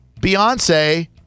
beyonce